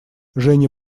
женя